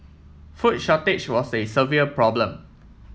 food shortage was a severe problem